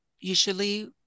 usually